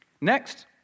next